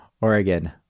Oregon